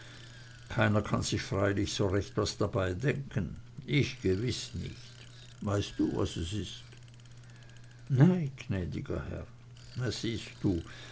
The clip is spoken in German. keiner kann sich freilich so recht was dabei denken ich gewiß nicht weißt du was es ist nei gnäd'ger herr siehst du